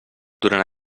durant